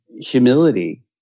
humility